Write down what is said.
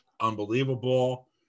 unbelievable